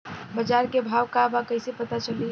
बाजार के भाव का बा कईसे पता चली?